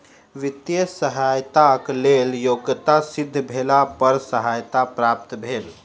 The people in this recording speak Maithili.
वित्तीय सहयताक लेल योग्यता सिद्ध भेला पर सहायता प्राप्त भेल